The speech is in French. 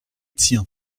tian